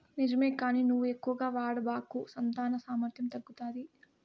నిజమే కానీ నువ్వు ఎక్కువగా వాడబాకు సంతాన సామర్థ్యం తగ్గుతాది